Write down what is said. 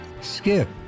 skip